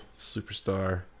superstar